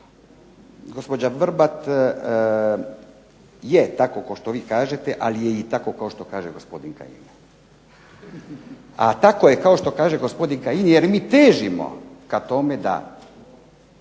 Gospođo Vrbat je tako kao što vi kažete, ali je i tako kao što kaže gospodin Kajin. A tako je kao što kaže gospodin Kajin jer mi težimo ka tome da